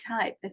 type